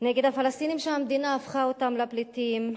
נגד הפלסטינים שהמדינה הפכה אותם לפליטים,